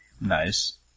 Nice